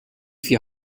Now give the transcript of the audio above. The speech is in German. vier